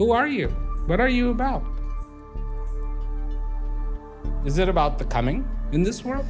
who are you what are you about is it about the coming in this world